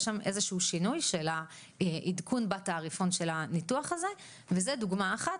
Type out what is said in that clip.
יש שם איזה שהוא שינוי של העדכון בתעריפון של הניתוח הזה וזה דוגמא אחת